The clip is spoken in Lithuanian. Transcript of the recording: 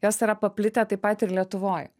jos yra paplitę taip pat ir lietuvoj